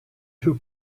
two